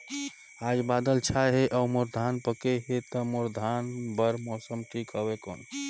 आज बादल छाय हे अउर मोर धान पके हे ता मोर धान बार मौसम ठीक हवय कौन?